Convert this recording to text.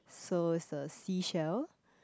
so is the seashell